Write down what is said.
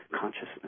consciousness